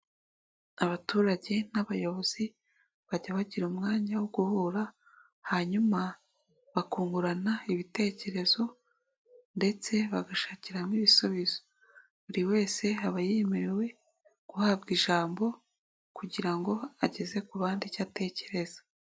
Abaturage n'abayobozi bajya bagira umwanya wo guhura hanyuma bakungurana ibitekerezo ndetse bagashakira hamwe ibisubizo, buri wese aba yemerewe guhabwa ijambo kugira ngo ageze ku bandi icyo atekereza.